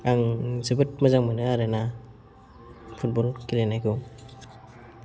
आं जोबोद मोजां मोनो आरोना फुटबल गेलेनायखौ